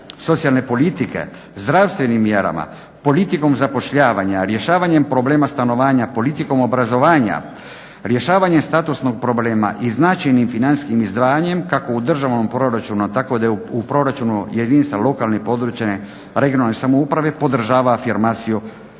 socijalne politike, zdravstvenim mjerama, politikom zapošljavanja, rješavanjem problema stanovanja, politikom obrazovanja, rješavanjem statusnog problema i značajnim financijskim izdvajanjem kako u državnom proračunu, a tako i u proračunu jedinica lokalne i područne (regionalne) samouprave podržava afirmaciju